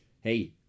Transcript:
hey